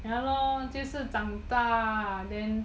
ya lor 这次长大 then